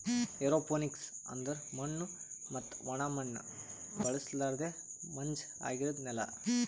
aeroponics ಅಂದುರ್ ಮಣ್ಣು ಮತ್ತ ಒಣ ಮಣ್ಣ ಬಳುಸಲರ್ದೆ ಮಂಜ ಆಗಿರದ್ ನೆಲ